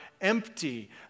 empty